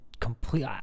Complete